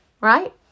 right